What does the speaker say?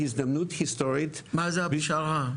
מה זו הפשרה?